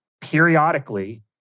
periodically